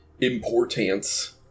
Importance